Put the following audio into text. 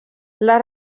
les